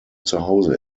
zuhause